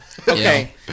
Okay